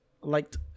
Liked